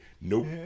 Nope